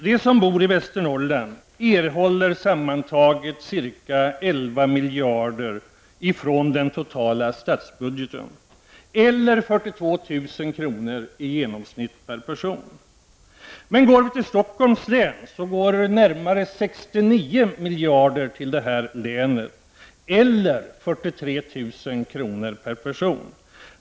De som bor i Västernorrland erhåller sammantaget drygt 11 miljarder från statsbudgeten, eller i genomsnitt drygt 42 000 kr. per person. Men till Stockholms län går närmare 69 miljarder kronor, eller 43 000 kr. per person.